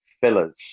fillers